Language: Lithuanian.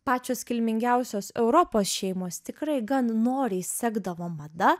pačios kilmingiausios europos šeimos tikrai gan noriai sekdavo mada